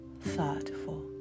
thoughtful